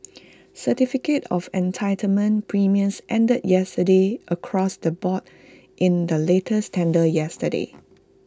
certificate of entitlement premiums ended yesterday across the board in the latest tender yesterday